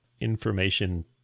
information